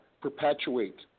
perpetuate